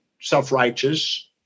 self-righteous